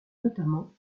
notamment